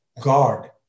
God